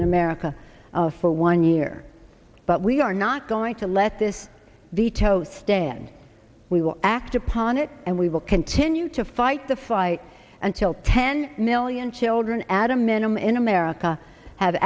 in america for one year but we are not going to let this veto stand we will act upon it and we will continue to fight the fight until ten million children ad a minimum in america have